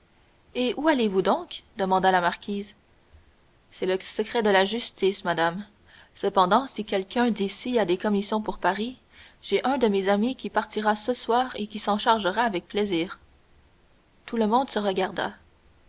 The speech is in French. et où allez-vous donc demanda la marquise c'est le secret de la justice madame cependant si quelqu'un d'ici a des commissions pour paris j'ai un de mes amis qui partira ce soir et qui s'en chargera avec plaisir tout le monde se regarda